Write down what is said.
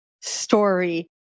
story